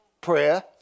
prayer